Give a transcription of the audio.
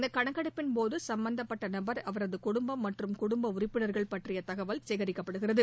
இந்த கணக்கெடுப்பின் போது சும்பந்தப்பட்ட நபர் அவரது குடும்பம் மற்றும் குடும்ப உறுப்பினர்கள் பற்றிய தகவல் சேகரிக்கப்படுகிறது